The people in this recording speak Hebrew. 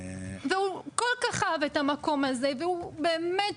והוא כל-כך אהב את המקום הזה והוא באמת,